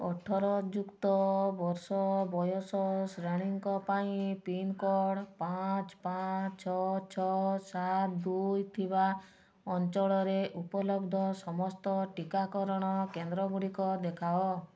ଅଠର ଯୁକ୍ତ ବର୍ଷ ବୟସ ଶ୍ରେଣୀଙ୍କ ପାଇଁ ପିନ୍କୋଡ଼୍ ପାଞ୍ଚ ପାଞ୍ଚ ଛଅ ଛଅ ସାତ ଦୁଇ ଥିବା ଅଞ୍ଚଳରେ ଉପଲବ୍ଧ ସମସ୍ତ ଟିକାକରଣ କେନ୍ଦ୍ରଗୁଡ଼ିକ ଦେଖାଅ